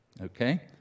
Okay